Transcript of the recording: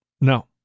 No